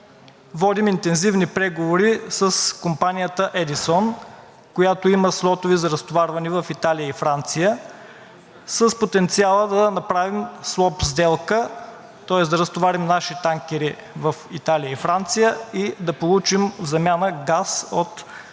водим интензивни преговори с компанията „Едисон“, която има слотове за разтоварване в Италия и Франция, с потенциала да направим слот сделка, тоест да разтоварим наши танкери в Италия и Франция и да получим в замяна газ от